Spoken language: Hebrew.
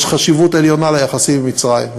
יש חשיבות עליונה ליחסים עם מצרים.